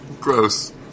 gross